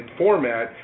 format